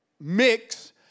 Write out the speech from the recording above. mix